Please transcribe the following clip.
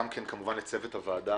לצוות הוועדה